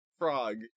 Frog